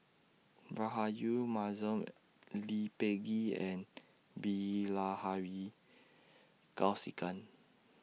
Rahayu Mahzam Lee Peh Gee and Bilahari Kausikan